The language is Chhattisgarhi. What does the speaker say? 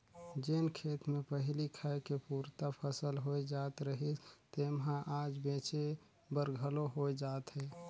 जेन खेत मे पहिली खाए के पुरता फसल होए जात रहिस तेम्हा आज बेंचे बर घलो होए जात हे